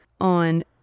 on